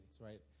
right